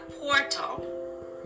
portal